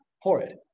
Horrid